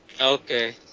Okay